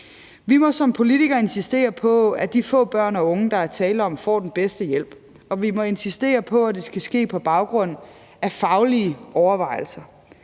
Vi må som politikere insistere på, at de få børn og unge, der er tale om, får den bedste hjælp, og vi må insistere på, at det skal ske på baggrund af faglige overvejelser.